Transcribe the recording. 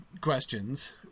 questions